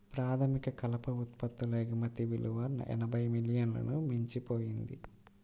ప్రాథమిక కలప ఉత్పత్తుల ఎగుమతి విలువ ఎనభై మిలియన్లను మించిపోయింది